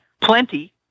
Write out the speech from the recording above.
plenty